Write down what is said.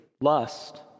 lust